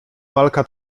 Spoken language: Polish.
walka